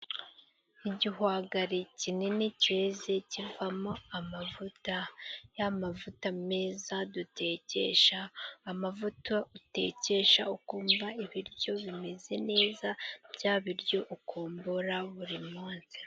Igihwagari kinini keze kivamo amavuta, ya mavuta meza dutekesha, amavuta utekesha ukumva ibiryo bimeze neza , bya biryo ukumbura buri munsi.